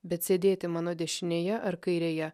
bet sėdėti mano dešinėje ar kairėje